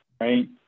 right